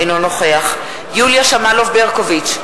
אינו נוכח יוליה שמאלוב-ברקוביץ,